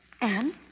Anne